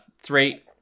Three